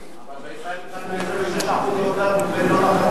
אבל בישראל משלמים 26% יותר ממדינות אחרות.